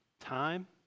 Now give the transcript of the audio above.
Time